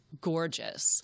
gorgeous